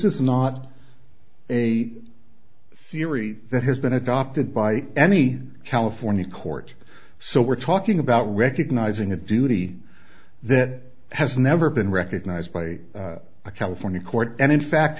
is not a theory that has been adopted by any california court so we're talking about recognizing a duty that has never been recognized by a california court and in fact